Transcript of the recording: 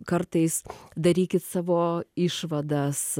kartais darykit savo išvadas